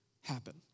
happen